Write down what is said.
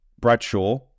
Bradshaw